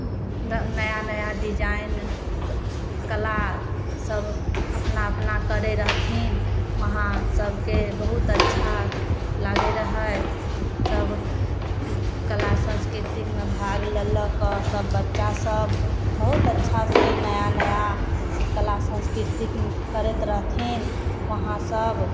नया नया डिजाइन कला सब अपना अपना करै रहथिन वहाँ सबके बहुत अच्छा लागै रहै सब कला संस्कीर्तिकमे भाग लऽ लऽ कऽ सब बच्चा सब बहुत अच्छा से नया नया कला संस्कीर्तिक करैत रहथिन वहाँ सब